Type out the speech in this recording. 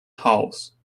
house